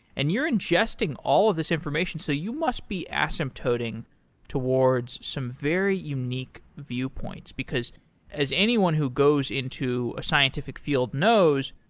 and you're ingesting all of these information. so you must be asymptoting towards some very unique viewpoints, because as anyone who goes into a scientific field knows,